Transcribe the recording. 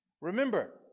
Remember